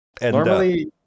Normally